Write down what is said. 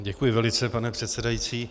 Děkuji velice, pane předsedající.